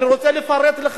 אני רוצה לפרט לך,